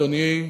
אדוני,